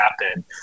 happen